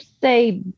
say